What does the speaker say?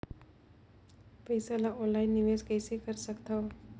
पईसा ल ऑनलाइन निवेश कइसे कर सकथव?